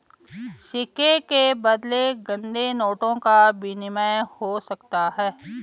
सिक्के के बदले गंदे नोटों का विनिमय हो सकता है